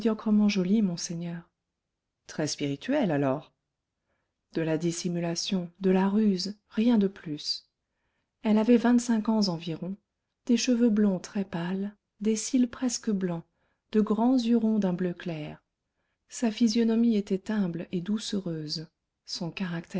médiocrement jolie monseigneur très spirituelle alors de la dissimulation de la ruse rien de plus elle avait vingt-cinq ans environ des cheveux blonds très pâles des cils presque blancs de grands yeux ronds d'un bleu clair sa physionomie était humble et doucereuse son